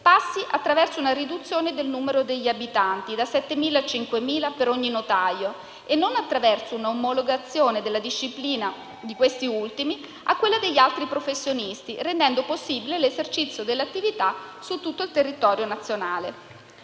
passi attraverso una riduzione del numero di abitanti (da 7.000 a 5.000) per ogni notaio e non attraverso un'omologazione della disciplina di questi ultimi a quella degli altri professionisti, rendendo possibile l'esercizio dell'attività su tutto il territorio nazionale.